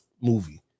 movie